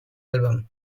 album